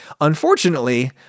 Unfortunately